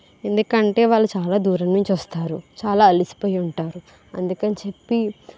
ఎందుకంటే వాళ్ళు చాలా దూరం నుంచి వస్తారు చాలా అలసిపోయి ఉంటారు అందుకని చెప్పి